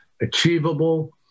achievable